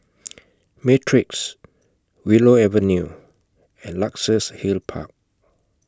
Matrix Willow Avenue and Luxus Hill Park